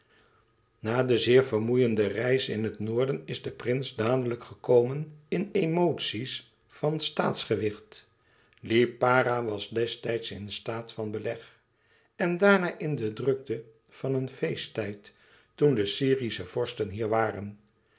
na de zeer vermoeiende reis in het noorden is de prins dadelijk gekomen in emoties van staatsgewicht lipara was destijds in staat van beleg en daarna in de drukte van een feesttijd toen de syrische vorsten hier waren